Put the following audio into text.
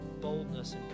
boldness